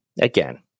Again